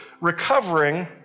recovering